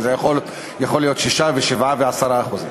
זה יכול להיות 6% ו-7% ו-10%.